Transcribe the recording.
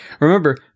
Remember